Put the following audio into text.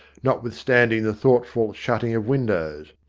notwithstanding the thoughtful shutting of windows.